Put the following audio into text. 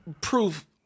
proof